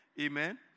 Amen